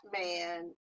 man